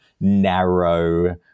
narrow